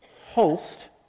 Holst